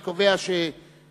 אני קובע שבכוח